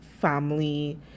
family